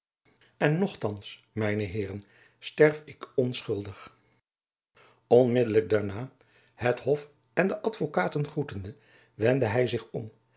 en nochthands mijne heeren sterf ik onschuldig onmiddelijk daarna het hof en de advokaten groetende wendde hy zich om